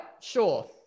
sure